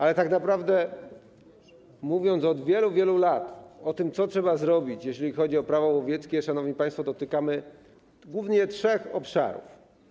Ale tak naprawdę, mówiąc od wielu, wielu lat o tym, co trzeba zrobić, jeżeli chodzi o Prawo łowieckie, szanowni państwo, dotykamy głównie trzech obszarów.